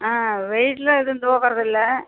ஆ வெயிட்டெலாம் எதுவும் தூக்கறதில்லை